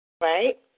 right